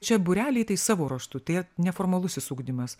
šie būreliai tai savo ruožtu tai neformalusis ugdymas